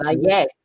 Yes